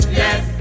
yes